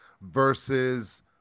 versus